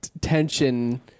tension